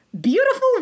Beautiful